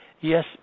Yes